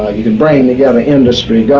ah you can bring together industry, yeah